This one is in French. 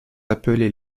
appelés